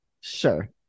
sure